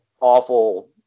awful